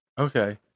Okay